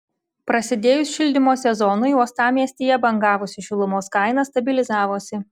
prasidėjus šildymo sezonui uostamiestyje bangavusi šilumos kaina stabilizavosi